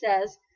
says